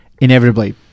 inevitably